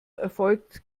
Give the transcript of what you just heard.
erfolgt